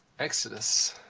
exodus,